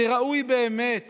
שראוי באמת